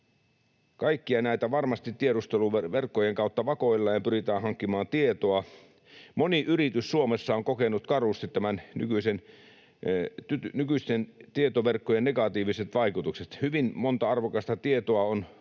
Kaikkia näitä varmasti tiedusteluverkkojen kautta vakoillaan ja pyritään hankkimaan tietoa. Moni yritys Suomessa on kokenut karusti nykyisten tietoverkkojen negatiiviset vaikutukset; hyvin monta arvokasta tietoa ovat